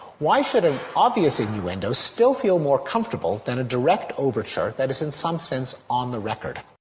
why should an obvious innuendo still feel more comfortable than a direct overture that is in some sense on the record?